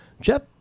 Jeff